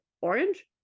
orange